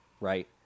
right